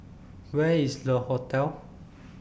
Where IS Le Hotel